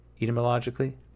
etymologically